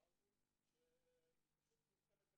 אפילו לתקופה הזו, היא פשוט נפרמת בקלות.